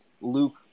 luke